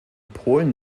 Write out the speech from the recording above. polen